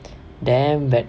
then but